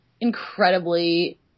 incredibly